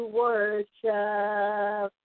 worship